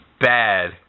bad